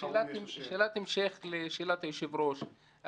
שאלת המשך לשאלת היושב-ראש.